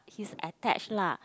he's attached lah